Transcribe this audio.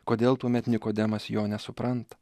kodėl tuomet nikodemas jo nesupranta